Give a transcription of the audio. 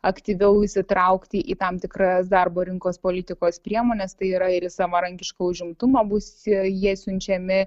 aktyviau įsitraukti į tam tikras darbo rinkos politikos priemones tai yra ir į savarankišką užimtumą bus jie siunčiami